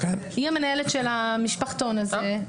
היא המנהלת של המשפחתון הזה.